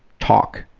talk,